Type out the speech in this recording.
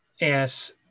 Yes